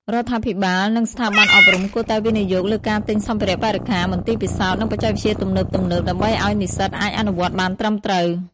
រដ្ឋាភិបាល និងស្ថាប័នអប់រំគួរតែវិនិយោគលើការទិញសម្ភារៈបរិក្ខារ មន្ទីរពិសោធន៍ និងបច្ចេកវិទ្យាទំនើបៗ ដើម្បីឱ្យនិស្សិតអាចអនុវត្តបានត្រឹមត្រូវ។